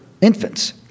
infants